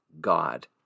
god